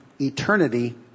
eternity